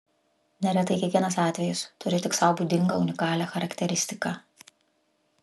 neretai kiekvienas atvejis turi tik sau būdingą unikalią charakteristiką